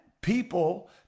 people